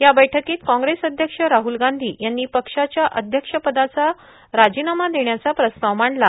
या बैठकीत कॉग्रेस अध्यक्ष राहल गांधी यांनी पक्षाच्या अध्यक्ष पदाचा राजीनामा देण्याचा प्रस्ताव मांडला